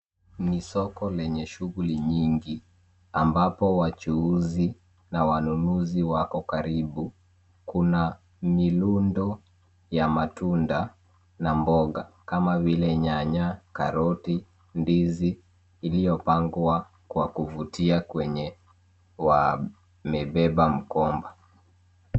Ni soko lenye shughuli nyingi ambapo wachuuzi na wanunuzi wako karibu. Kuna milundo ya matunda na mboga kama vile nyanya, karoti, ndizi iliyopangwa kwa kuvutia kwenye wamebeba mkomba.